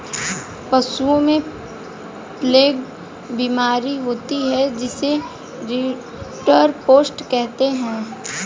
पशुओं में प्लेग बीमारी होती है जिसे रिंडरपेस्ट कहते हैं